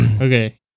okay